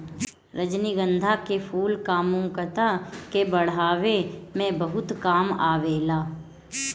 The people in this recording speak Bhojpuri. रजनीगंधा के फूल कामुकता के बढ़ावे में बहुते काम आवेला